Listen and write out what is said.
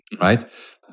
right